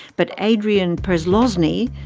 but adrian przelozny,